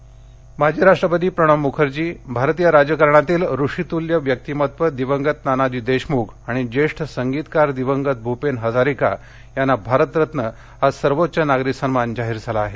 भारतरल माजी राष्ट्रपती प्रणव मुखर्जी भारतीय राजकारणातील ऋषितुल्य व्यक्तिमत्त्व दिवंगत नानाजी देशमुख आणि ज्येष्ठ संगीतकार दिवंगत भूपेन हजारिका यांना भारतरत्न हा सर्वोच्च नागरी सन्मान जाहीर झाला आहे